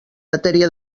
matèria